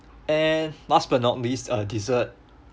and last but not least uh dessert